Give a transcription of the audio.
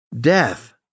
death